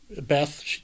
Beth